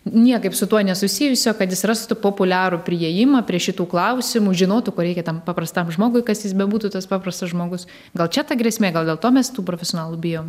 niekaip su tuo nesusijusio kad jis rastų populiarų priėjimą prie šitų klausimų žinotų ko reikia tam paprastam žmogui kas jis bebūtų tas paprastas žmogus gal čia ta grėsmė gal dėl to mes tų profesionalų bijom